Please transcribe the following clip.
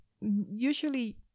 usually